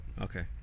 Okay